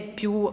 più